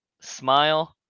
Smile